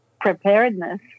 preparedness